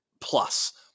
plus